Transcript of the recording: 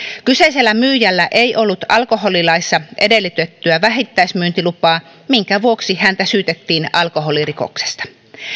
kyseisellä myyjällä ei ollut alkoholilaissa edellytettyä vähittäismyyntilupaa minkä vuoksi häntä syytettiin alkoholirikoksesta